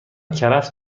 کرفس